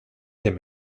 dem